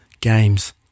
games